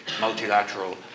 multilateral